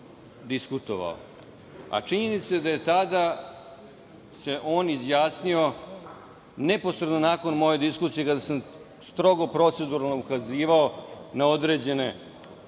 a činjenica je da se tada on izjasnio neposredno nakon moje diskusije, kada sam strogo proceduralno ukazivao na određene, hajde